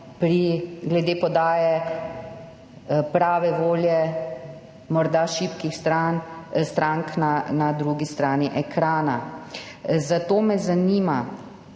glede podaje prave volje morda šibkih strank na drugi strani ekrana. Zato me zanima,